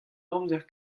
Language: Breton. amzer